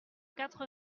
quatre